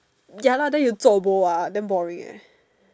ya lah then you zuo bo ah damn boring